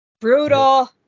Brutal